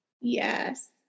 Yes